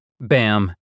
bam